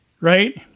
Right